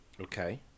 Okay